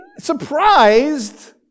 surprised